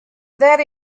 that